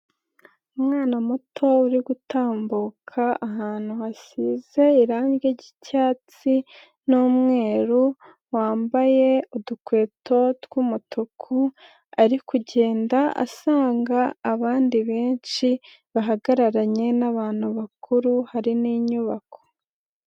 Umwana muto uri gutambuka ahantu hasize irangi ry'icyatsi n'umweru, wambaye udukweto tw'umutuku ari kugenda asanga abandi benshi, bahagararanye n'abantu bakuru hari n'inyubako.